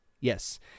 Yes